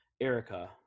Erica